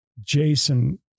Jason